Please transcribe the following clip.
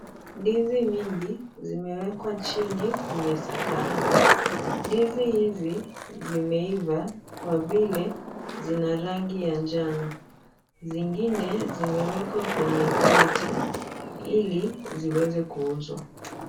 Ndizi mingi zimewekwa chini kwenye sakafu. Ndizi hizi zimeiva kwa vile zina rangi ya njano. Zingine zimewekwa kwenye kreti ili ziweze kuuzwa.